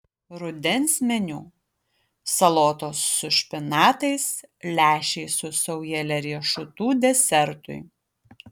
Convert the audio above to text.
rudens meniu salotos su špinatais lęšiai su saujele riešutų desertui